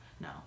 No